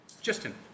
Justin